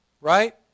Right